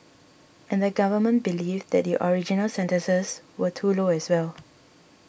and the Government believed that the original sentences were too low as well